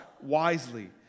wisely